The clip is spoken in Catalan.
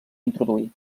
introduir